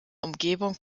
umgebung